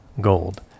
gold